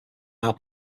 now